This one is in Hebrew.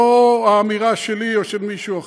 לא אמירה שלי או של מישהו אחר.